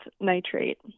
nitrate